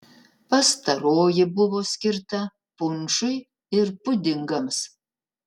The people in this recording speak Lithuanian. pastaroji buvo skirta punšui ir pudingams